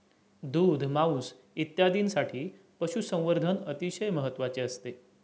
दूध, मांस इत्यादींसाठी पशुसंवर्धन अतिशय महत्त्वाचे असते